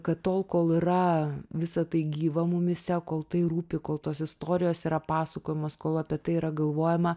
kad tol kol yra visa tai gyva mumyse kol tai rūpi kol tos istorijos yra pasakojamos kol apie tai yra galvojama